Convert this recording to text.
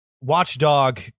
watchdog